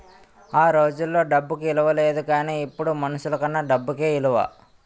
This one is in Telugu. ఆ రోజుల్లో డబ్బుకి ఇలువ లేదు గానీ ఇప్పుడు మనుషులకన్నా డబ్బుకే ఇలువ